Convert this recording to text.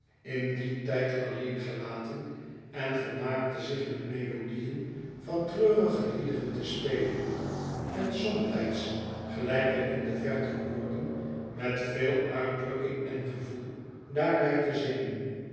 in dien tijd alleen gelaten en vermaakte zich met melodieën van treurige liederen te spelen en somtijds gelijk wij in de verte hoorden met veel uitdrukking en gevoel daarbij te zingen